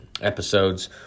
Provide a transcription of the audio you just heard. episodes